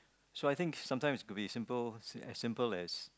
so I think sometimes it could be simple as simple as